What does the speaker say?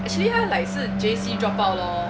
actually 他 like 是 J_C drop out lor